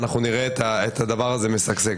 אנחנו נראה את הדבר הזה משגשג.